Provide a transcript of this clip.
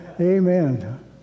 Amen